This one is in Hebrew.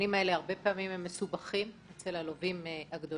המבנים האלה הרבה פעמים מסובכים אצל הלווים הגדולים.